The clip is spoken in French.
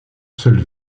seul